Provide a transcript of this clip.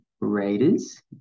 Raiders